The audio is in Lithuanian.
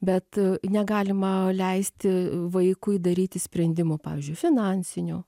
bet negalima leisti vaikui daryti sprendimų pavyzdžiui finansinių